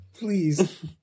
Please